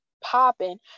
popping